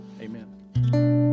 Amen